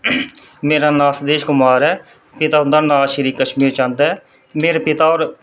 मेरा नांऽ सदेश कुमार ऐ पिता हुंदा नांऽ श्री कश्मीर चंद ऐ मेरे पिता होर